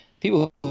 People